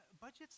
budget's